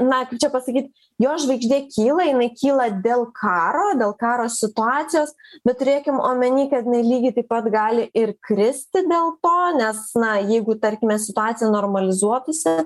na kaip čia pasakyt jo žvaigždė kyla jinai kyla dėl karo dėl karo situacijos bet turėkim omeny kad lygiai taip pat gali ir kristi dėl to nes na jeigu tarkime situacija normalizuotųsi